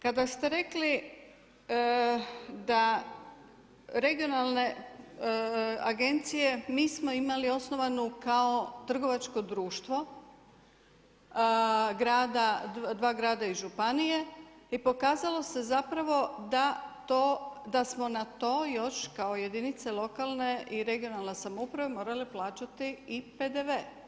Kada ste rekli da regionalne agencije, mi smo imali osnovanu kao trgovačko društvo grada, dva grada i županije i pokazalo se zapravo da to, da smo na to još kao jedinice lokalne i regionalne samouprave morali plaćati i PDV.